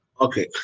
Okay